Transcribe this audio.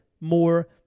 more